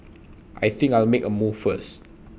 I think I'll make A move first